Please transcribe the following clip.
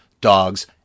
Dogs